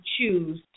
choose